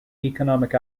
economic